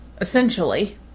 essentially